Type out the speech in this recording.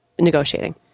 negotiating